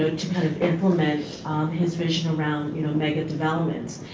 to kind of implement his vision around you know megadevelopments.